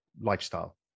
lifestyle